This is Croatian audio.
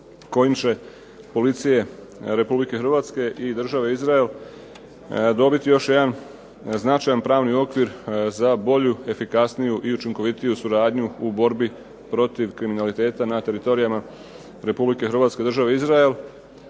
kojim će policije Republike Hrvatske i Države Izrael dobiti još jedan značajan pravni okvir za bolju, efikasniju i učinkovitiju suradnji u borbi protiv kriminaliteta na teritorijima Republike Hrvatske i Države Izrael,